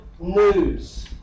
news